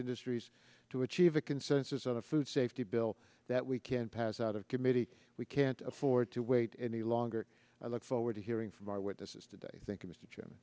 industries to achieve a consensus on a food safety bill that we can pass out of committee we can't afford to wait any longer i look forward to hearing from our witnesses today thank